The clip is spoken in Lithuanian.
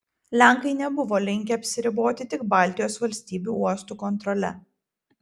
lenkai nebuvo linkę apsiriboti tik baltijos valstybių uostų kontrole